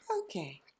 Okay